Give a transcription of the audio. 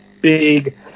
big